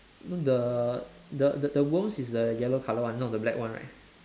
the the the the worms is the yellow colour one not the black one right